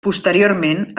posteriorment